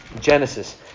Genesis